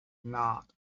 not